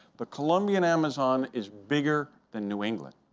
the colombian amazon is bigger than new england,